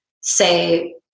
say